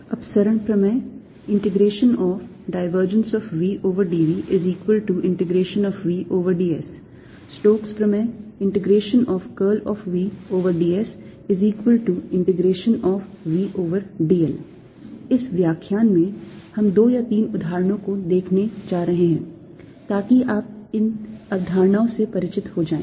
अपसरण प्रमेय vdVvds Stokes प्रमेय vdsvdl इस व्याख्यान में हम दो या तीन उदाहरणों को देखने जा रहे हैं ताकि आप इन अवधारणाओं से परिचित हो जाए